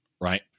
right